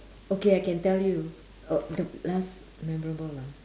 okay I can tell you uh the last memorable lah